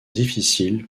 difficiles